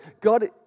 God